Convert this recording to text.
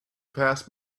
passed